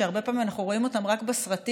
שהרבה פעמים אנחנו רואים אותם רק בסרטים,